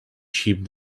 sheep